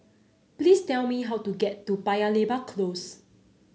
please tell me how to get to Paya Lebar Close